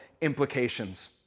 implications